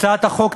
הצעת החוק,